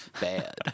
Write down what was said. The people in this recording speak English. Bad